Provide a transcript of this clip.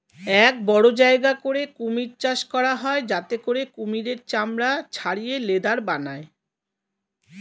এক বড় জায়গা করে কুমির চাষ করা হয় যাতে করে কুমিরের চামড়া ছাড়িয়ে লেদার বানায়